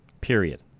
period